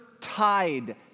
Tide